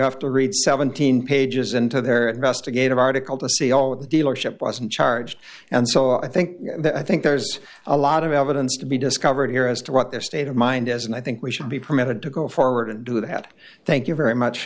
have to read seventeen pages into their investigative article to see all of the dealership wasn't charged and so i think that i think there's a lot of evidence to be discovered here as to what their state of mind as and i think we should be permitted to go forward and do that thank you very much